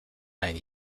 ein